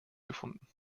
gefunden